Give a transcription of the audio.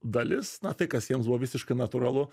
dalis na tai kas jiems buvo visiškai natūralu